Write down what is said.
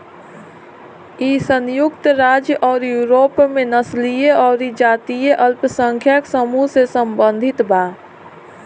इ संयुक्त राज्य अउरी यूरोप में नस्लीय अउरी जातीय अल्पसंख्यक समूह से सम्बंधित बा